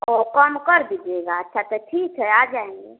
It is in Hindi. वह कम कर दीजिएगा अच्छा तो ठीक है आ जाएँगे